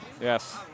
Yes